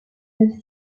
neuf